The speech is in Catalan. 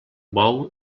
bou